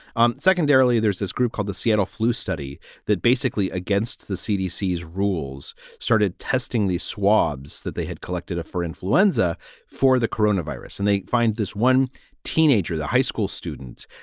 um secondarily, there's this group called the seattle flu study that basically against the cdc rules started testing these swabs that they had collected for influenza for the corona virus. and they find this one teenager, the high school students,